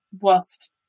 whilst